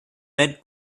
red